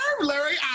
Larry